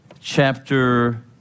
chapter